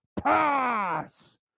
pass